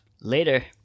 Later